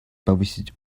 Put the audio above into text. повысить